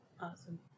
Awesome